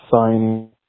signing